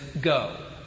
go